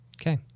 Okay